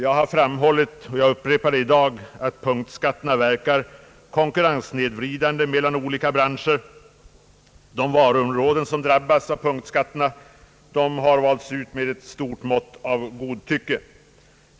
Jag har framhållit och jag upprepar det i dag, att punktskatterna verkar konkurrenssnedvridande «mellan = olika branscher. De varuområden som drabbas av punktskatterna har valts ut med ett stort mått av godtycke.